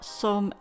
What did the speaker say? som